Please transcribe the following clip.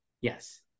Yes